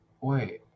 Wait